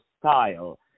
style